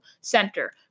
center